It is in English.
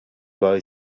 boy